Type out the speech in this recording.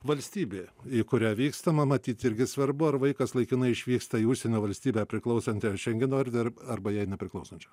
valstybė į kurią vykstama matyt irgi svarbu ar vaikas laikinai išvyksta į užsienio valstybę priklausantią šengeno erdvę ar arba jai nepriklausančią